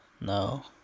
no